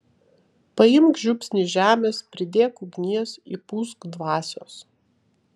paimk žiupsnį žemės pridėk ugnies įpūsk dvasios